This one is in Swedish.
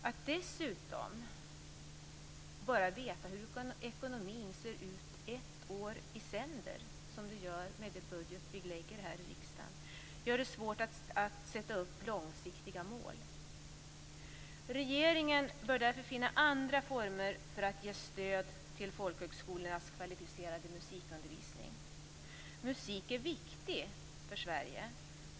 Att dessutom bara veta hur ekonomin ser ut ett år i sänder, som det gör med den budget vi lägger här i riksdagen, gör det svårt att sätta upp långsiktiga mål. Regeringen bör därför finna andra former för att ge stöd till folkhögskolornas kvalificerade musikundervisning. Musik är viktig för Sverige.